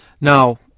Now